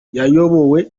yayobowe